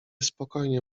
spokojnie